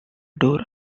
door